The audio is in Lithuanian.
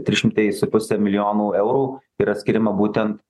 trys šimtai su puse milijonų eurų yra skiriama būten